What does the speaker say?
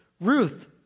Ruth